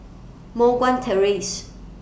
Moh Guan Terrace